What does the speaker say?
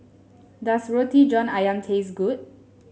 does Roti John ayam taste good